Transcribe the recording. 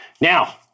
Now